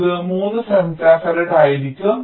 ഇതും 3 ഫെംറ്റോഫറാഡ് ആയിരിക്കും